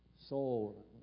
soul